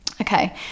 okay